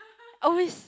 always